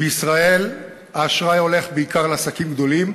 בישראל האשראי הולך בעיקר לעסקים גדולים.